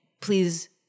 please